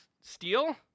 Steel